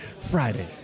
Friday